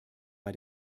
bei